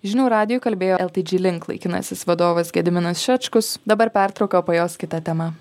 žinių radijui kalbėjo lt dži link laikinasis vadovas gediminas šečkus dabar pertrauka o po jos kita tema